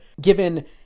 given